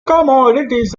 commodities